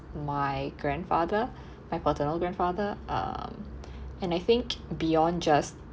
my grandfather my paternal grandfather um and I think beyond just